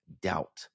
doubt